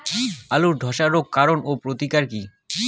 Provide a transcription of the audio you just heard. আলুর ধসা রোগের কারণ ও প্রতিকার কি?